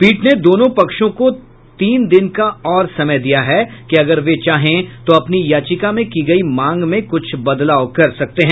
पीठ ने दोनों पक्षों को तीन दिन का और समय दिया है कि अगर वे चाहें तो अपनी याचिका में की गयी मांग में कुछ बदलाव कर सकते हैं